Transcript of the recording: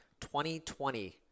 2020